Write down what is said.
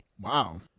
Wow